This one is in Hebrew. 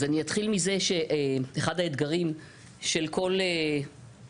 אז אני אתחיל מזה שאחד האתגרים של כל רשות,